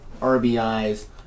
RBIs